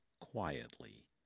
quietly